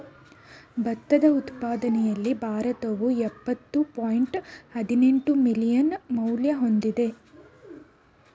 ಭತ್ತದ ಉತ್ಪಾದನೆಯಲ್ಲಿ ಭಾರತವು ಯಪ್ಪತ್ತು ಪಾಯಿಂಟ್ ಹದಿನೆಂಟು ಬಿಲಿಯನ್ ಮೌಲ್ಯ ಹೊಂದಿದೆ